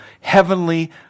heavenly